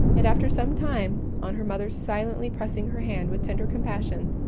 and after some time, on her mother's silently pressing her hand with tender compassion,